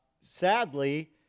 Sadly